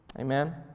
Amen